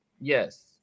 yes